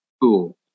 Cool